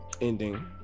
ending